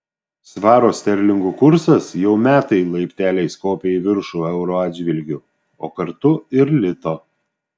svaro sterlingų kursas jau metai laipteliais kopia į viršų euro atžvilgiu o kartu ir lito